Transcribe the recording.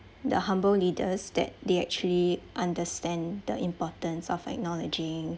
the humble leaders that they actually understand the importance of acknowledging